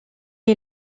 est